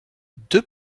deux